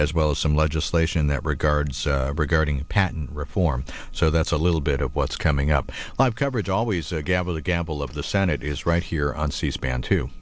as well as some legislation that regards regarding patent reform so that's a little bit of what's coming up live coverage always a gavel to gavel of the senate is right here on c span to